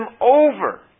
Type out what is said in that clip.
over